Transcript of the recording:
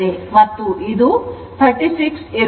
ಮತ್ತು 36 ಇರುತ್ತದೆ